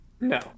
no